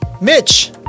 Mitch